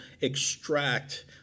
extract